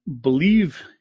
believe